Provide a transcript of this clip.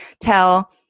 tell